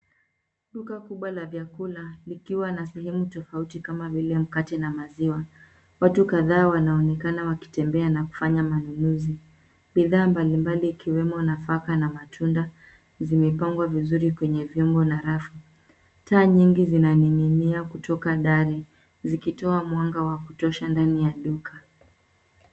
Duka kubwa la vyakula likiwa na sehemu tofauti kama vile mkate na maziwa. Watu kadhaa wanaonekana wakitembea na kufanya manunuzi. Bidhaa mbalimbali ikiwemo nafaka na matunda zimepangwa vizuri kwenye vyombo na rafu. Taa nyingi zinaning'inia kutoka dari zikitoa mwanga wa kutosha katika duka.